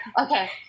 Okay